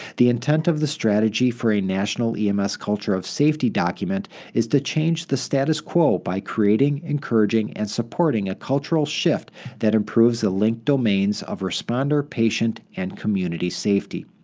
the intent of the strategy for a national ems culture of safety document is to change the status quo by creating, encouraging, and supporting a cultural shift that improves the linked domains of responder, patient, and community safety.